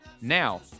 Now